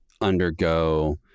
undergo